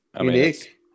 Unique